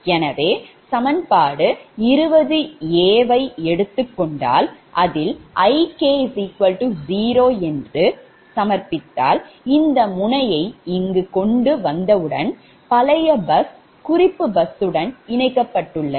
எனவே சமன்பாடு 20 a வை எடுத்துகொண்டால் அதில் Ik0 என்று சமர்ப்பித்தால் இந்த முனையை இங்கு கொண்டு வந்தவுடன் பழைய பஸ் குறிப்பு பஸ்ஸுடன் இணைக்கப்பட்டுள்ளது